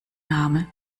name